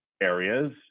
areas